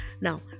Now